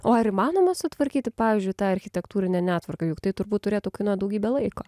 o ar įmanoma sutvarkyti pavyzdžiui tą architektūrinę netvarką juk tai turbūt turėtų kainuot daugybę laiko